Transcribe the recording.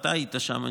אתה היית שם,